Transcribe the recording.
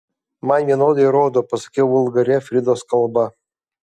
man vienodai rodo pasakiau vulgaria fridos kalba